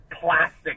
plastic